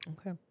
Okay